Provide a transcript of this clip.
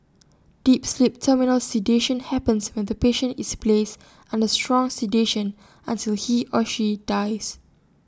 deep sleep terminal sedation happens when the patient is placed under strong sedation until he or she dies